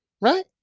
Right